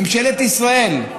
ממשלת ישראל,